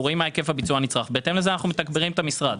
אנחנו רואים מה היקף הביצוע הנצרך ובהתאם לזה אנחנו מתגברים את המשרד.